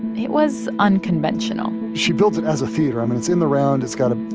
it was unconventional she built it as a theater. i mean, it's in the round. it's got a